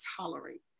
tolerate